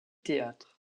théâtre